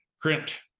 print